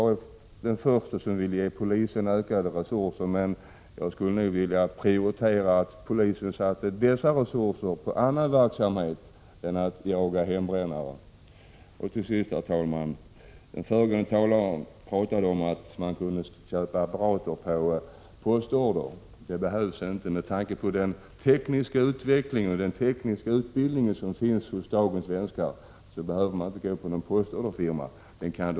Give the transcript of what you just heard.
Jag är den förste att vilja ge polisen ökade resurser, men jag skulle i så fall vilja prioritera annan polisverksamhet än att man jagar hembrännare. Till sist, herr talman, vill jag med anledning av att den föregående talaren nämnde att man kan köpa hembränningsapparater på postorder säga att den tekniska utvecklingen och den tekniska utbildning som dagens svenskar har gör att de knappast behöver vända sig till en postorderfirma för att få sådana.